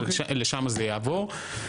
לשם זה יעבור.